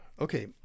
Okay